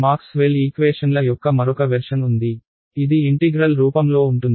Maxwell ఈక్వేషన్లకు యొక్క మరొక వెర్షన్ ఉంది ఇది ఇంటిగ్రల్ రూపంలో ఉంటుంది